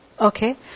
Okay